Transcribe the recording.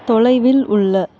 தொலைவில் உள்ள